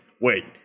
Wait